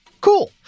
Cool